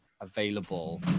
available